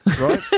Right